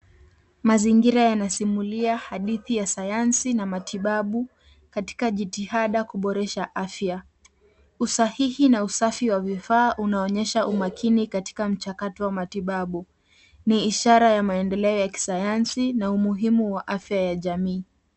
Mazingira yanasimulia hadithi ya sayansi na matibabu, katika jitihada kuboresha afya. Usahihi na usafi wa vifaa unaonyesha umakini katika mchakato wa matibabu. Ni ishara ya maendeleo ya kisayansi na umuhimu wa afya ya jamii.